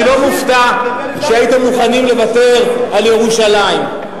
אני לא מופתע שהייתם מוכנים לוותר על ירושלים,